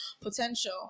potential